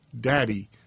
Daddy